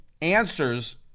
answers